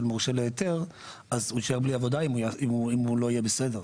מורשה להיתר אז הוא יישאר בלי עבודה אם הוא יהיה לא בסדר.